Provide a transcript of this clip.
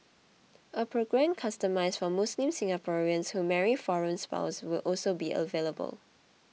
a programme customised for Muslim Singaporeans who marry foreign spouses will also be available